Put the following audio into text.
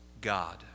God